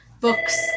books